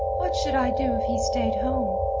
what should i do if he stayed home?